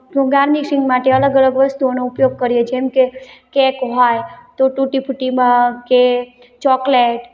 પુ ગાર્નિશિંગ માટે અલગ અલગ વસ્તુઓનો ઉપયોગ કરીએ જેમ કે કેક હોય તો તૂટીફ્રૂટીમાં કે ચૉકલેટ